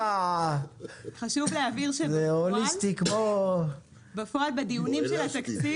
חשוב להבהיר שבפועל בדיונים של התקציב